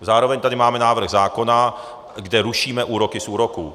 Zároveň tady máme návrh zákona, kde rušíme úroky z úroků.